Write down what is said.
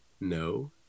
no